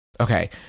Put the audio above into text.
Okay